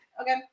Okay